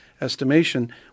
estimation